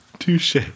Touche